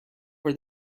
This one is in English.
for